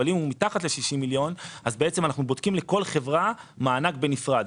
אבל אם הוא מתחת ל-60 מיליון שקל אז אנחנו בודקים לכל חברה מענק בנפרד.